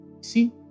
See